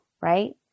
Right